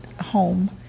home